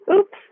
oops